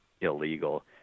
illegal